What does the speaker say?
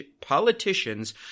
politicians